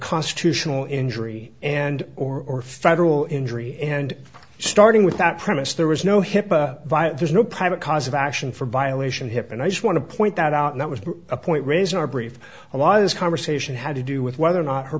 constitutional injury and or federal injury and starting with that premise there was no hipaa vive there's no private cause of action for violation hip and i just want to point that out that was a point raised our brief a lot of this conversation had to do with whether or not her